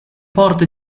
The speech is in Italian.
porte